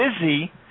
busy